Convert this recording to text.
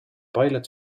pilot